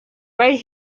right